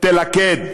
תלכד.